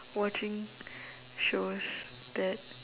watching shows that